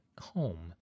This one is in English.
home